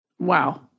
Wow